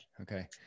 okay